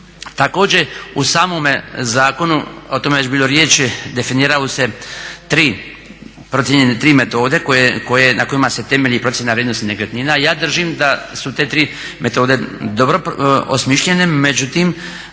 Također u samome zakonu o tome je već bilo riječi definiraju se tri procijenjene tri metode koje, na kojima se temelji procjena vrijednosti nekretnina. Ja držim da su te tri metode dobro osmišljene, međutim